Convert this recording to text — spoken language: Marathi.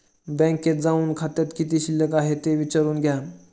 बँकेत जाऊन खात्यात किती शिल्लक आहे ते विचारून घ्या